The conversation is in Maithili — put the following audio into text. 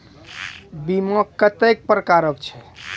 बीमा कत्तेक प्रकारक छै?